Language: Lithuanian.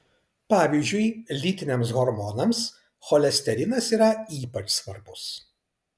pavyzdžiui lytiniams hormonams cholesterinas yra ypač svarbus